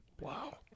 Wow